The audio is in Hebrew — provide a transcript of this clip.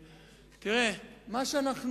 אני מבין שההצבעות יהיו בסביבות השעה